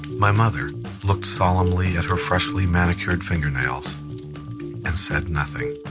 my mother looked solemnly at her freshly-manicured fingernails and said nothing.